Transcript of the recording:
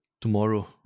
tomorrow